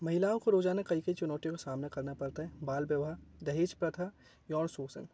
महिलाओं को रोजाना कई कई चुनौतियों का सामना करना पड़ता है बाल विवाह दहेज प्रथा यौन शोषण